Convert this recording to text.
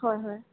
হয় হয়